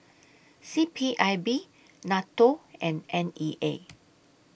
C P I B NATO and N E A